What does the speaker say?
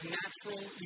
natural